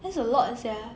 that's a lot sia